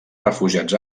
refugiats